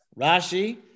Rashi